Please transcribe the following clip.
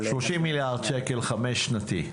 30 מיליארד שקל חמש-שנתי.